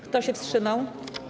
Kto się wstrzymał?